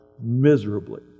miserably